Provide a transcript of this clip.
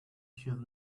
should